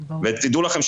ותדעו לכם,